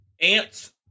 ants